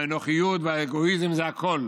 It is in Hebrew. האנוכיות והאגואיזם, זה הכול.